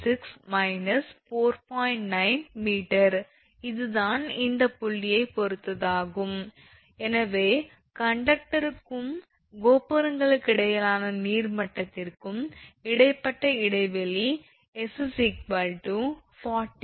9𝑚 இதுதான் இந்த புள்ளியைப் பொறுத்ததாகும் எனவே கண்டக்டருக்கும் கோபுரங்களுக்கிடையேயான நீர்மட்டத்திற்கும் இடைப்பட்ட இடைவெளி s 4014